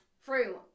fruit